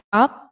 up